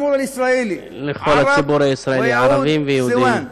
הישראלית, ערבים ויהודים כאחד.